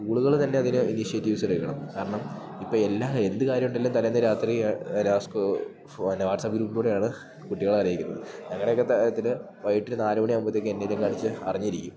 സ്കൂളുകള് തന്നെ അതിന് ഇനിഷിയേറ്റീവ്സെടുക്കണം കാരണം ഇപ്പ എല്ലാ എന്ത് കാര്യോണ്ടേലും തലേന്ന് രാത്രി പിന്നെ വാട്സ്അപ്പ് ഗ്രൂപ്പി കൂടെയാണ് കുട്ടികളെ അറിയിക്കുന്നത് ഞങ്ങടേക്ക പ്രായത്തില് വൈകിട്ടൊരു നാല് മണിയാകുമ്പഴ്ത്തേക്കും എന്തേലു ഒക്കെ കാണിച്ച് അറിഞ്ഞിരിക്കും